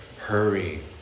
hurry